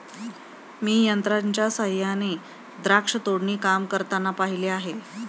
मी यंत्रांच्या सहाय्याने द्राक्ष तोडणी काम करताना पाहिले आहे